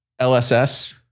LSS